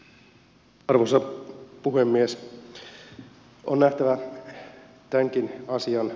on nähtävä tämänkin asian taustalle